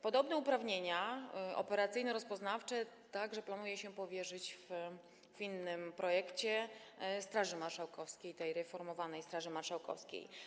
Podobne uprawnienia operacyjno-rozpoznawcze planuje się także powierzyć w innym projekcie Straży Marszałkowskiej, tej reformowanej Straży Marszałkowskiej.